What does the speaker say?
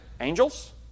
angels